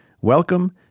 welcome